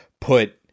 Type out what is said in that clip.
put